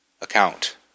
account